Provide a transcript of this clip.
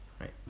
right